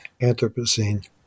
Anthropocene